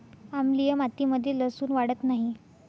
आम्लीय मातीमध्ये लसुन वाढत नाही